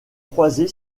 croisée